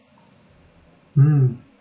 mm